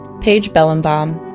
paige bellenbaum,